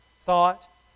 thought